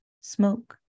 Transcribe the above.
smoke